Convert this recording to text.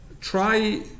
try